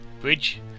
Bridge